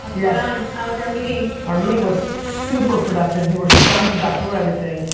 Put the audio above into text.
like yeah on, how was your meeting? our meeting was super productive, you were stunned you got through everything.